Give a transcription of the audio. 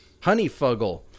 Honeyfuggle